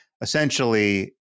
essentially